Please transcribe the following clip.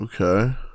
okay